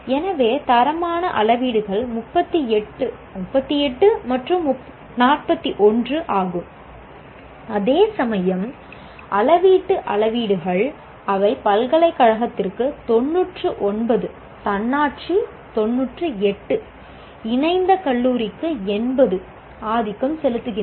எனவே தரமான அளவீடுகள் 38 38 மற்றும் 41 ஆகும் அதேசமயம் அளவீட்டு அளவீடுகள் அவை பல்கலைக்கழகத்திற்கு 99 தன்னாட்சி 98 இணைந்த கல்லூரிக்கு 80 ஆதிக்கம் செலுத்துகின்றன